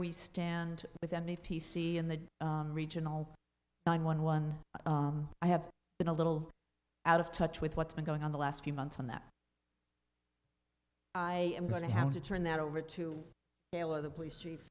we stand with any p c in the regional nine one one i have been a little out of touch with what's been going on the last few months on that i am going to have to turn that over to the police chief